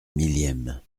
millième